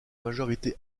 majorité